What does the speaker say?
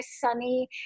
sunny